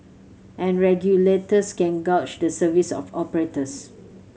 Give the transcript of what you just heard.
and regulators can gauge the service of operators